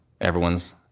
Everyone's